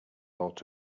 bought